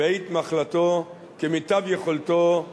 בעת מחלתו, כמיטב יכולתו.